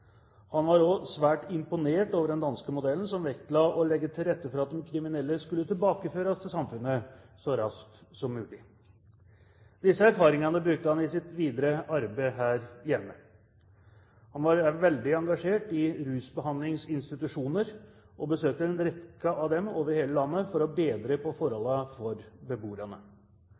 Han var også svært imponert over den danske modellen som vektla å legge til rette for at de kriminelle skulle tilbakeføres til samfunnet så raskt som mulig. Disse erfaringene brukte han i sitt videre arbeid her hjemme. Han var også veldig engasjert i rusbehandlingsinstitusjoner, og besøkte en rekke av dem over hele landet for å bedre forholdene for beboerne.